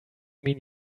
mean